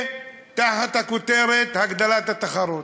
תחת הכותרת: הגדלת התחרות.